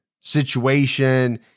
situation